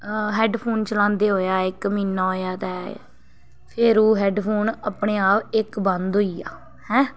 headphone चलांदे होएआ इक म्हीनां होएआ ते फेर ओह् हैडफोन अपने आप इक बंद होई गेआ हैं